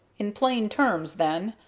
in plain terms, then,